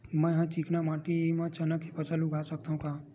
मै ह चिकना माटी म चना के फसल उगा सकथव का?